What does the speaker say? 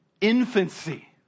infancy